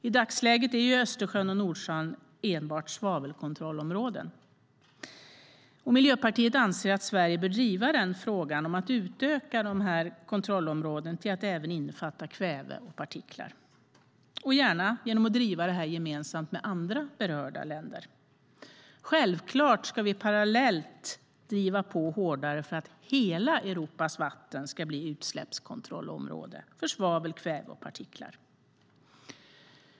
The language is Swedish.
I dagsläget är Östersjön och Nordsjön enbart svavelkontrollområden. Miljöpartiet anser att Sverige bör driva frågan om att utöka kontrollområdena till att även innefatta kväve och partiklar, gärna genom att driva detta gemensamt med andra berörda länder. Parallellt ska vi självfallet driva på hårdare för att hela Europas vatten ska bli utsläppskontrollområde för svavel, kväve och partiklar.